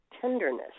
tenderness